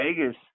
Vegas